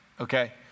okay